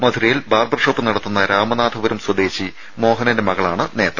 മധുരയിൽ barber shop നടത്തുന്ന രാമനാഥപുരം സ്വദേശി മോഹനന്റെ മകളാണ് നേത്ര